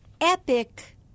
Epic